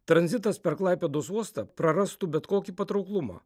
tranzitas per klaipėdos uostą prarastų bet kokį patrauklumą